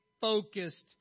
focused